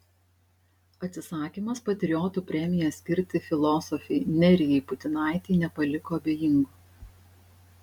atsisakymas patriotų premiją skirti filosofei nerijai putinaitei nepaliko abejingų